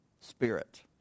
spirit